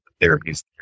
therapies